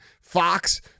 Fox